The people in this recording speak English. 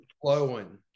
flowing